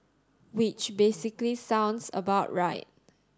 which basically sounds about right